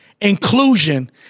inclusion